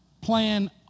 plan